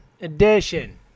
edition